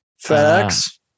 FedEx